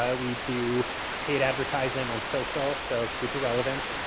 ah we do paid advertising on social. so, super relevant.